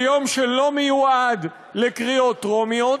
ביום שלא מיועד לקריאות טרומיות,